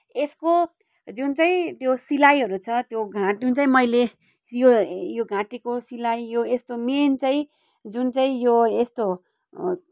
यसको जुन चाहिँ त्यो सिलाइहरू छ त्यो घाटुन चाहिँ मैले यो यो घाँटीको सिलाइ यो यस्तो मेन चाहिँ जुन चाहिँ यो यस्तो